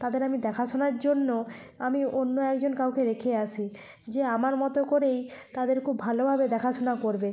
তাদের আমি দেখাশোনার জন্য আমি অন্য একজন কাউকে রেখে আসি যে আমার মতো করেই তাদের খুব ভালোভাবে দেখাশোনা করবে